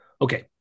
Okay